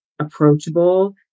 approachable